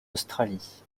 australie